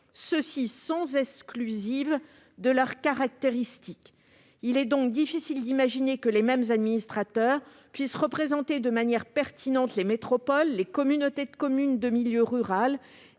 cela sans exclusive de leurs caractéristiques. Il est difficile d'imaginer que les mêmes administrateurs puissent représenter de manière pertinente les métropoles, les communautés de communes en milieu rural